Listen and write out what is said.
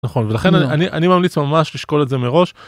נכון ולכן אני אני ממליץ ממש לשקול את זה מראש.